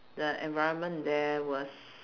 the environment there was